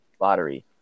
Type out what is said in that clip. lottery